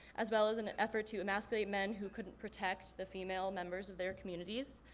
as well as an effort to emasculate men who couldn't protect the female members of their communities.